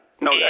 No